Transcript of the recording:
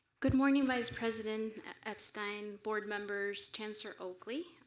good morning vice president epstein, board members, chancellor oakley.